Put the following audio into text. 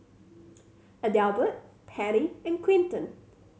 Adelbert Penny and Quinton